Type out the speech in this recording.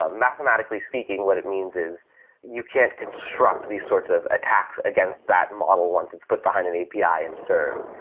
ah mathematically speaking, what it means is you can't construct these sorts of attacks against that model once it's put behind an api and served,